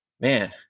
man